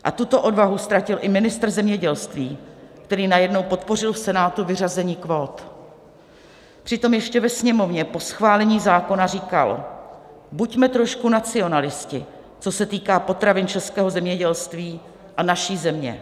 A tuto odvahu ztratil i ministr zemědělství, který najednou podpořil v Senátu vyřazení kvót, přitom ještě ve Sněmovně po schválení zákona říkal: Buďme trošku nacionalisté, co se týká potravin, českého zemědělství a naší země.